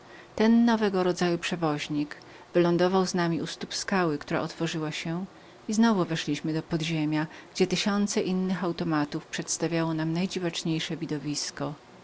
ten nowego rodzaju przewodnik wylądował z nami u stóp skały która otworzyła się i znowu weszliśmy do podziemia gdzie tysiące innych automatów przedstawiło nam najdziwaczniejsze widowisko